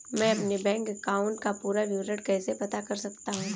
मैं अपने bank account का पूरा विवरण कैसे पता कर सकता हूँ?